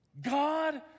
God